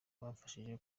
bamfashije